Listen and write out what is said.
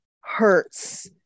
hurts